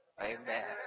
Amen